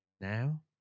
Now